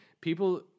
People